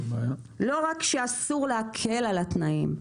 לא רק שאסור להקל על התנאים,